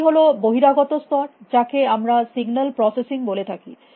একটি হল বহিরাগত স্তর যাকে আমরা সিগন্যাল প্রসেসিং বলে থাকি